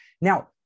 Now